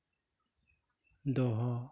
ᱫᱚᱦᱚ